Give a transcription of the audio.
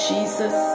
Jesus